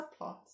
subplots